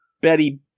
Betty